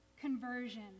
conversion